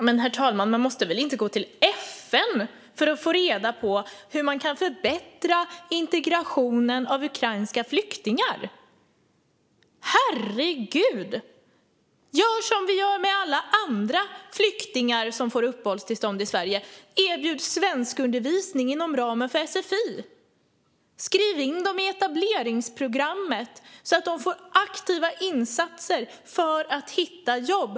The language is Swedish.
Herr talman! Man måste väl inte gå till FN för att få reda på hur man kan förbättra integrationen av ukrainska flyktingar. Herregud! Gör som vi gör med alla andra flyktingar som får uppehållstillstånd i Sverige: Erbjud svenskundervisning inom ramen för sfi, och skriv in dem i etableringsprogrammet så att de får aktiva insatser för att hitta jobb!